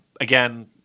again